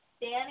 Danny